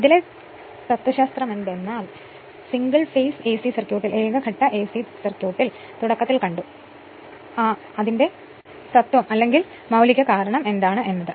ഇതിലെ തത്ത്വശാസ്ത്രം single phase AC സർക്യൂട്ടിൽ തുടക്കത്തിൽ കണ്ടു അതിനാൽ ഇതാണ് എസി